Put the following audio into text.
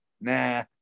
nah